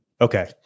Okay